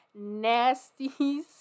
nasties